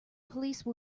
police